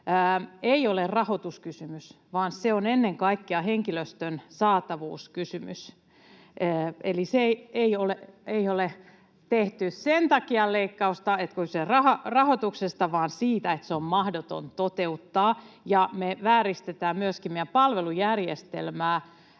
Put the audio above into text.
ei ole rahoituskysymys, vaan se on ennen kaikkea henkilöstön saatavuuskysymys. Eli ei ole tehty leikkausta sen takia, että kyse olisi rahoituksesta, vaan siksi, että se on mahdoton toteuttaa. Ja me vääristetään myöskin meidän palvelujärjestelmäämme